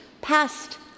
past